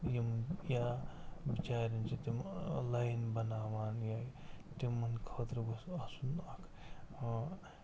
یِم یا بِچارٮ۪ن چھِ تِم لاین بناوان یا تمن خٲطرٕ گوٚژھ آسُن اکھ